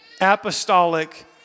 apostolic